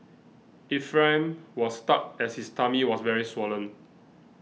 Ephraim was stuck as his tummy was very swollen